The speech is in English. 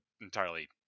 entirely